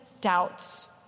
doubts